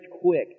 quick